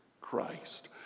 Christ